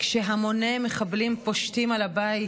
כשהמוני מחבלים פושטים על הבית,